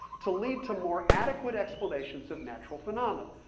to lead to more adequate explanations of natural phenomena.